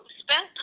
spend